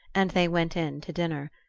and they went in to dinner.